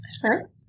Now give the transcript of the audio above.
Sure